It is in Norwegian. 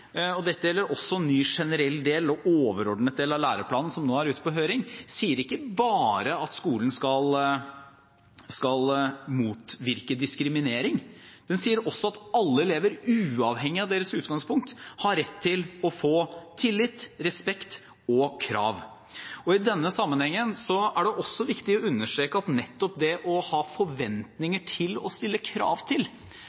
og dette gjelder også ny generell del og overordnet del av læreplanen, som nå er ute på høring – sier ikke bare at skolen skal motvirke diskriminering, den sier også at alle elever, uavhengig av deres utgangspunkt, har rett til å få tillit, respekt og krav. I denne sammenhengen er det også viktig å understreke at nettopp forventninger og krav er noe av det